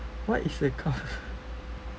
what is a